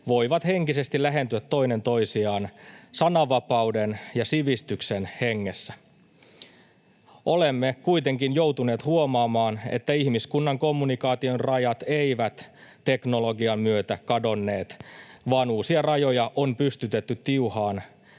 voivat henkisesti lähentyä toinen toisiaan sananvapauden ja sivistyksen hengessä. Olemme kuitenkin joutuneet huomaamaan, että ihmiskunnan kommunikaation rajat eivät teknologian myötä kadonneet vaan uusia rajoja on pystytetty tiuhaan